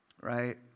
right